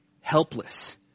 helpless